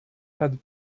had